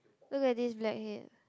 look at this blackhead